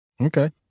Okay